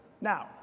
Now